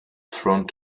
front